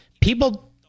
People